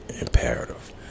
imperative